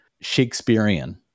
Shakespearean